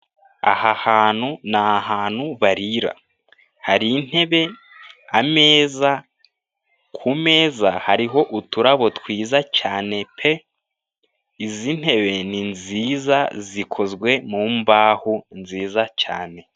Aha hantu ni ahantu barira, hari intebe ameza, kumeza hariho uturabo twiza cyane pe. Izi ntebe ni nziza, zikozwe mu mbaho nziza cyane.